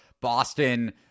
Boston